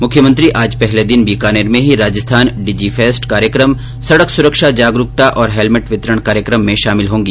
मुख्यमंत्री आज पहले दिन बीकानेर में ही राजस्थान डिजिफेस्ट कार्यक्रम सड़क सुरक्षा ि जागरूकता और हेलमेट वितरण कार्यक्रम में शामिल होंगी